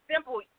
Simple